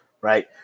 right